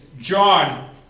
John